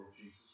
Jesus